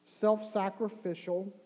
self-sacrificial